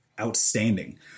outstanding